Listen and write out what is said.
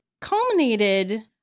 culminated